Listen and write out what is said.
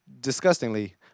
disgustingly